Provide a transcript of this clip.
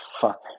fuck